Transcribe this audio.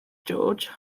george